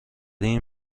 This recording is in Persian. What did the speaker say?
این